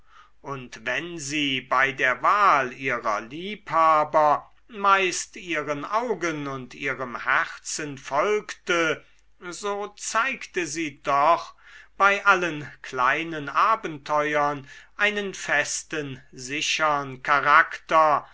und wenn sie bei der wahl ihrer liebhaber meist ihren augen und ihrem herzen folgte so zeigte sie doch bei allen kleinen abenteuern einen festen sichern charakter